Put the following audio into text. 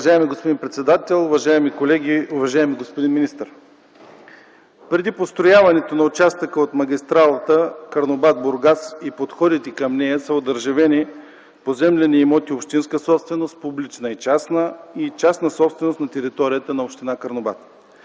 Уважаеми господин председател, уважаеми колеги, уважаеми господин министър! Преди построяването на участъка от магистрала Карнобат-Бургас и подходите към нея са одържавени поземлени имоти общинска собственост – публична и частна, и частна собственост на територията на община Карнобат.